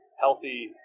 healthy